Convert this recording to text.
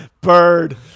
Bird